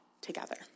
together